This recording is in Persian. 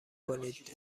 کنید